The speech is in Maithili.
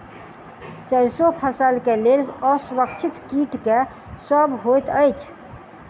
सैरसो फसल केँ लेल असुरक्षित कीट केँ सब होइत अछि?